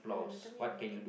oh wewere talking about it